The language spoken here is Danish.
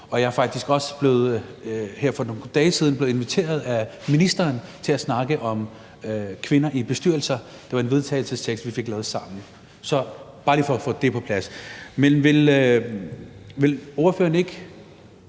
og jeg er faktisk også her for nogle dage siden blevet inviteret af ministeren til at snakke om kvinder i bestyrelser. Det var en vedtagelsetekst, vi fik lavet sammen. Så det er bare lige for at sætte det på plads. Men vil ordføreren ikke